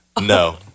No